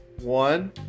one